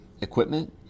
equipment